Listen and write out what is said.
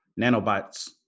Nanobots